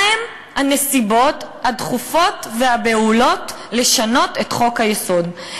מה הן הנסיבות הדחופות והבהולות לשנות את חוק-היסוד?